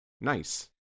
nice